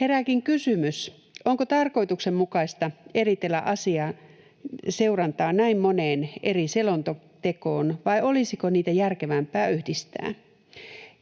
Herääkin kysymys: onko tarkoituksenmukaista eritellä asian seurantaa näin moneen eri selontekoon, vai olisiko niitä järkevämpää yhdistää?